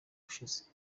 ushize